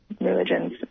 religions